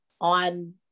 on